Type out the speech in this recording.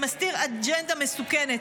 שמסתיר אג'נדה מסוכנת.